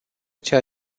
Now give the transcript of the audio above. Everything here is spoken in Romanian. ceea